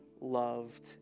loved